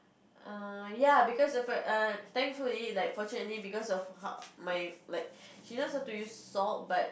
err ya because apparent err thankfully like fortunately because of how my like she knows how to use salt but